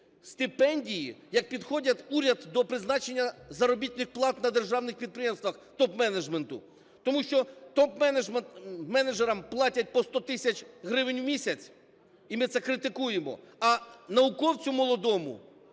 стипендії, як підходить уряд до призначення заробітних плат на державних підприємствах топ-менеджменту. Тому що топ-менеджерам платять по 100 тисяч гривень в місяць, і ми це критикуємо, а науковцю молодому